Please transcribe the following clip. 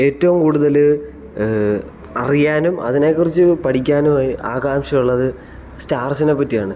ഏറ്റവും കൂടുതൽ അറിയാനും അതിനെ കുറിച്ച് പഠിക്കാനും ആകാംക്ഷയുള്ളത് സ്റ്റാർസിനെ പറ്റിയാണ്